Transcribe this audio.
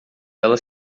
ela